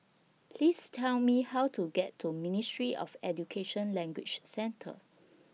Please Tell Me How to get to Ministry of Education Language Centre